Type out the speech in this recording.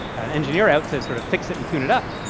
an engineer out to sort of fix it and tune it up,